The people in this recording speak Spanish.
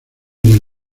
del